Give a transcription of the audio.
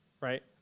right